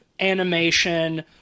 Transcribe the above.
animation